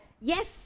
Yes